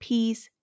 Peace